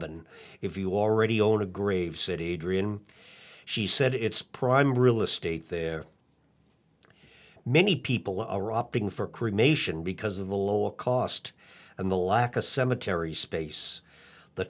an if you already own a grave city adrian she said it's prime real estate there many people are opting for cremation because of the lower cost and the lack of cemetery space the